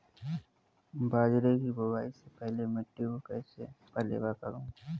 बाजरे की बुआई से पहले मिट्टी को कैसे पलेवा करूं?